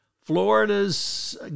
Florida's